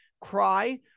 cry